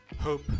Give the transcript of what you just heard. Hope